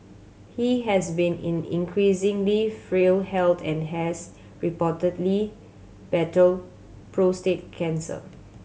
he has been in increasingly frail health and has reportedly battled prostate cancer